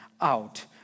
out